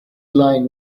line